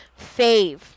Fave